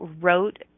wrote